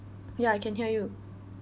ya I can hear you